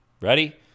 Ready